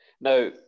Now